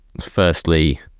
firstly